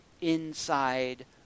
inside